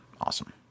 awesome